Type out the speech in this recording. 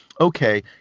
okay